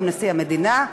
היום נשיא המדינה.